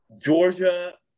Georgia